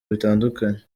bitandukanye